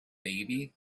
baby